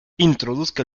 introduzca